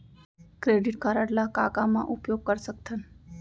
Credit card ला का का मा उपयोग कर सकथन?